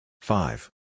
Five